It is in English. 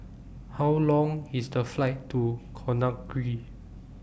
How Long IS The Flight to Conakry